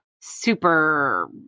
super